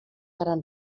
gran